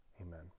Amen